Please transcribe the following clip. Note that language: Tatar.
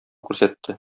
күрсәтте